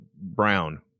brown